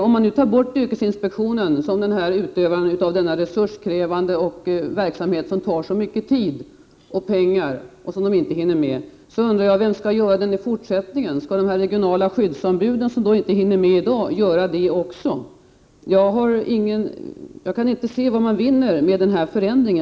Om nu yrkesinspektionen kopplas bort från denna verksamhet, som tar så mycket tid och pengar och som ombuden inte hinner med, undrar jag vem som skall utföra kontrollen i fortsättningen. Skall de regionala skyddsombuden som i dag inte hinner med även sköta kontrollen? Jag kan inte se vad man vinner med denna förändring.